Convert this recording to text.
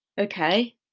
Okay